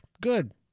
Good